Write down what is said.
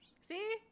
See